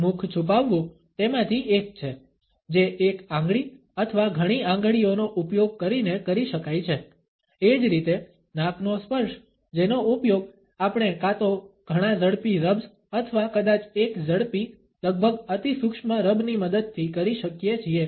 મુખ છુપાવવુ તેમાંથી એક છે જે એક આંગળી અથવા ઘણી આંગળીઓનો ઉપયોગ કરીને કરી શકાય છે એ જ રીતે નાકનો સ્પર્શ જેનો ઉપયોગ આપણે કાં તો ઘણા ઝડપી રબ્સ અથવા કદાચ એક ઝડપી લગભગ અતિસૂક્ષ્મ રબની મદદથી કરી શકીએ છીએ